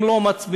אם לא מצביעים,